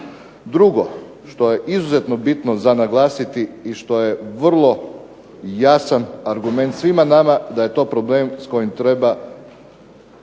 Drugo što je izuzetno bitno za naglasiti i što je vrlo jasan argument svima nama da je to problem s kojim trebamo